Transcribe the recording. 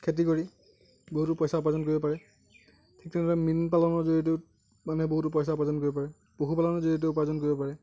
খেতি কৰি বহুতো পইচা উপাৰ্জন কৰিব পাৰে ঠিক তেনেদৰে মীন পালনৰ জৰিয়তেও মানুহে বহুতো পইচা উপাৰ্জন কৰিব পাৰে পশুপালনৰ জৰিয়তেও উপাৰ্জন কৰিব পাৰে